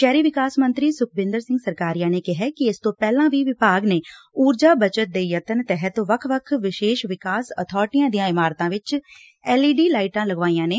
ਸ਼ਹਿਰੀ ਵਿਕਾਸ ਮੰਤਰੀ ਸੁਖਬਿੰਦਰ ਸਿੰਘ ਸਰਕਾਰੀਆ ਨੇ ਕਿਹੈ ਕਿ ਇਸਤੋਂ ਪਹਿਲਾਂ ਵੀ ਵਿਭਾਗ ਨੇ ਊਰਜਾ ਬਚਤ ਦੇ ਯਤਨ ਤਹਿਤ ਵੱਖ ਵੱਖ ਵਿਸ਼ੇਸ਼ ਵਿਕਾਸ ਅਬਾਰਟੀਆਂ ਦੀਆਂ ਇਮਾਰਤਾਂ ਵਿੱਚ ਐਲਈਡੀ ਲਾਈਟਾਂ ਲਗਵਾਈਆਂ ਨੇ